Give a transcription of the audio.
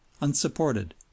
unsupported